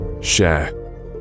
share